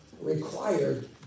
required